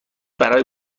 برای